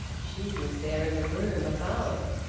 she was there in a room above!